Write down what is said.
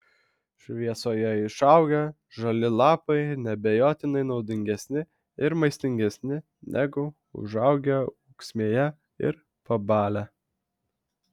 šviesoje išaugę žali lapai neabejotinai naudingesni ir maistingesni negu užaugę ūksmėje ir pabalę